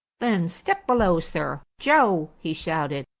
then step below, sir. joe! he shouted.